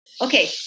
okay